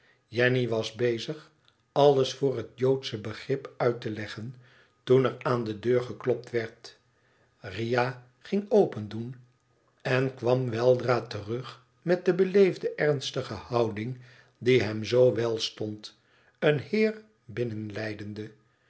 jenny was bezig alles voor het joodsche begrip uit te leggen toen er aan de deur geklopt werd riah ging opendoen en kwam weldra terug met de beleefde ernstige houding die hem zoo wèl stond een heer